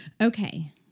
Okay